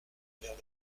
vers